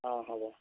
অঁ হ'ব